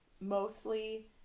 mostly